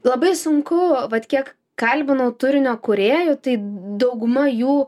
labai sunku vat kiek kalbinau turinio kūrėjų tai dauguma jų